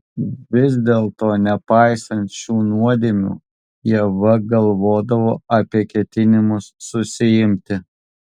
vis dėlto nepaisant šių nuodėmių ieva galvodavo apie ketinimus susiimti